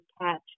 catch